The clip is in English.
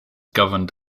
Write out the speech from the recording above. governed